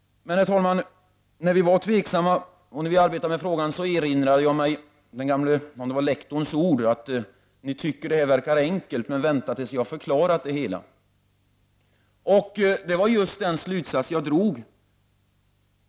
Men, herr talman, när vi arbetade med frågan erinrade jag mig den gamle lektorns ord: Ni tycker att det här verkar enkelt, men vänta tills jag har förklarat det hela! Detta var just den slutsats som jag drog.